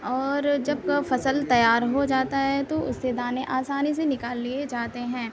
اور جب فصل تیار ہو جاتا ہے تو اس سے دانے آسانی سے نکال لئے جاتے ہیں